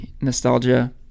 nostalgia